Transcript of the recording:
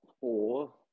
four